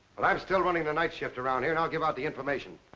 well i'm still running the night shift around here and i'll give out the information.